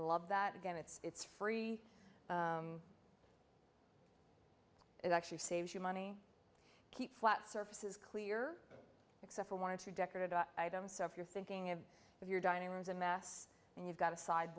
love that again it's free it actually saves you money keep flat surfaces clear except for one or two decorative items so if you're thinking about if you're dining rooms and mass and you've got a